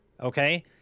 Okay